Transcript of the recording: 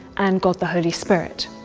and god the holy spirit.